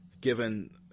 Given